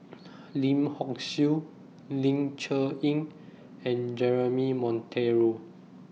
Lim Hock Siew Ling Cher Eng and Jeremy Monteiro